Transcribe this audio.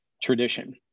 tradition